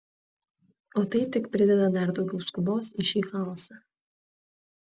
o tai tik prideda dar daugiau skubos į šį chaosą